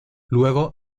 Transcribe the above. luego